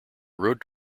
road